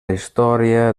història